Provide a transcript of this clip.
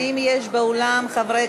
האם יש באולם חברי